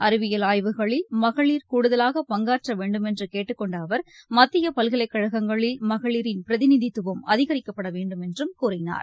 அறிவியல் ஆய்வுகளில் மகளி் கூடுதலாக பங்காற்ற வேண்டுமென்று கேட்டுக் கொண்ட அவர் மத்திய பல்கலைக்கழகங்களில் மகளின் பிரதிநிதித்துவம் அதிகரிக்கப்பட வேண்டுமென்றும் கூறினார்